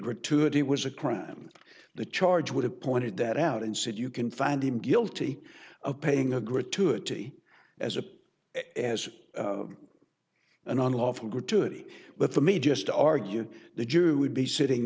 gratuity was a crime the charge would have pointed that out and said you can find him guilty of paying a gratuity as a as an unlawful gratuity but for me just to argue the jury would be sitting